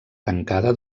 tancada